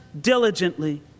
diligently